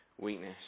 weakness